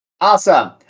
Awesome